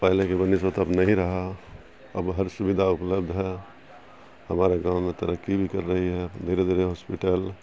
پہلے کے بہ نسبت اب نہیں رہا اب ہر سویدھا اپلبدھ ہے ہمارے گاؤں میں ترقی بھی کر رہی ہے دھیرے دھیرے ہاسپیٹل